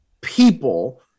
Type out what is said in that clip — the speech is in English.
people